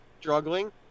struggling